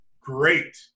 great